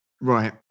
right